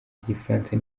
igifaransa